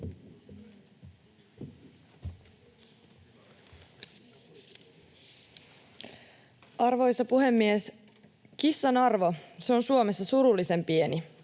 Arvoisa puhemies! ”Kissan arvo, se on Suomessa surullisen pieni.”